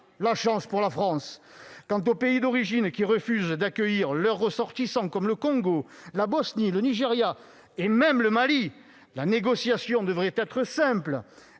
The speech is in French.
la chance de la France. Quant aux pays d'origine qui refusent d'accueillir leurs ressortissants, comme le Congo, la Bosnie, le Nigéria ou encore le Mali, la négociation devrait être simple